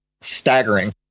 Staggering